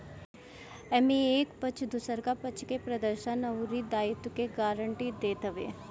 एमे एक पक्ष दुसरका पक्ष के प्रदर्शन अउरी दायित्व के गारंटी देत हवे